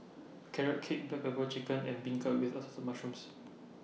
Carrot Cake Black Pepper Chicken and Beancurd with Assorted Mushrooms